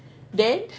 then